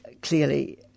clearly